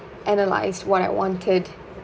analysed what I wanted